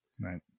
right